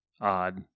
odd